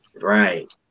right